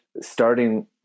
Starting